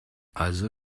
also